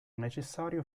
necessario